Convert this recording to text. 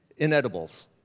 Inedibles